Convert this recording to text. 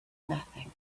nothing